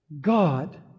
God